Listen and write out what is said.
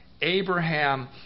Abraham